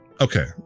okay